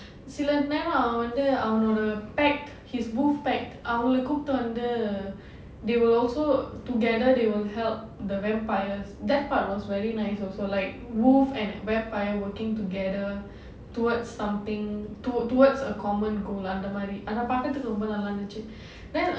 சில நேரம் அவன் வந்து அவனோட:sila neram avanvandhu avanoda pack his wolf pack அவங்கள கூட்டிட்டு வந்து:avangala kootitu vandhu they will also together they will help the vampires that part was very nice also like wolf and vampire working together towards something towards towards a common goal அந்த மாதிரி:antha maathiri but பாக்றதுக்கு ரொம்ப நல்லா இருந்துச்சி:paakrathuku romba nallaa irundhuchi